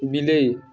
ବିଲେଇ